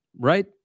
right